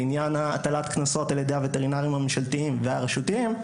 לעניין הטלת קנסות על ידי הווטרינרים הממשלתיים והרשותיים,